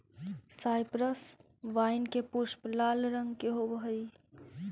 cypress vine के पुष्प लाल रंग के होवअ हई